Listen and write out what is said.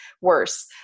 worse